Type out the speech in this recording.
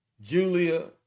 Julia